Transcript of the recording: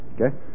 Okay